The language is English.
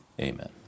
Amen